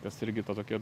kas irgi ta tokia